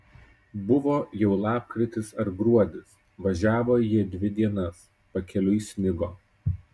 buvo jau lapkritis ar gruodis važiavo jie dvi dienas pakeliui snigo